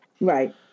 Right